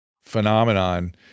phenomenon